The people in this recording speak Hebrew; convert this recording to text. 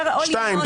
שנית,